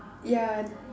yeah